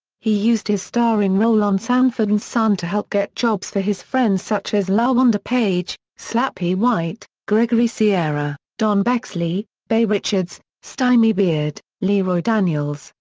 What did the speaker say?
he used his starring role on sanford and son to help get jobs for his friends such as lawanda page, slappy white, gregory sierra, don bexley, beah richards, stymie beard, leroy daniels,